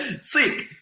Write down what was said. sick